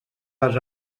les